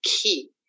key